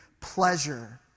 pleasure